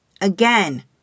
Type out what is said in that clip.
Again